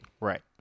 Right